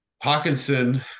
Hawkinson